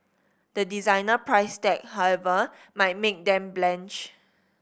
the designer price tag however might make them blanch